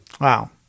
Wow